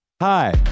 Hi